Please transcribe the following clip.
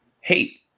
hate